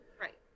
Right